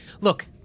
look